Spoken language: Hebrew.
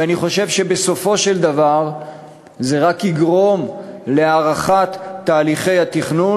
ואני חושב שבסופו של דבר זה רק יגרום להארכת תהליכי התכנון,